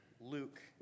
Luke